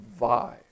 vibe